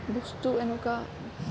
বস্তু এনেকুৱা